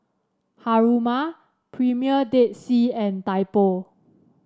Haruma Premier Dead Sea and Typo